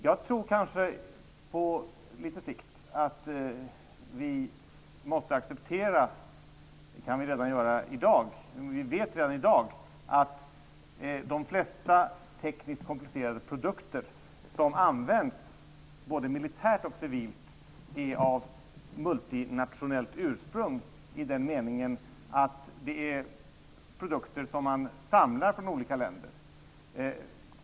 Jag tror att vi på sikt måste acceptera -- det vet vi redan i dag -- att de flesta tekniskt komplicerade produkter som används både militärt och civilt är av multinationellt ursprung i den meningen att det är produkter som har komponenter från olika länder.